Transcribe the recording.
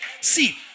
See